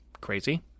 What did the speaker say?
crazy